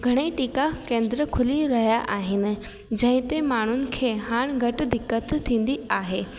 घणेई टीका केंद्र खुली रहिया आहिनि जंहिंते माण्हूनि खे हाणे घटि दिक़तु थींदी आहे